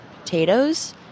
potatoes